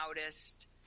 loudest